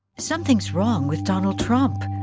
something's wrong with donald trump.